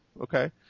Okay